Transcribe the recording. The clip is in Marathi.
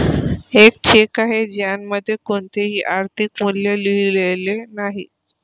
एक चेक आहे ज्यामध्ये कोणतेही आर्थिक मूल्य लिहिलेले नाही